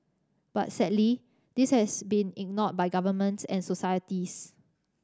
but sadly this has been ignored by governments and societies